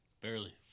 Barely